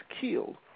killed